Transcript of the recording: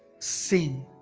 sin.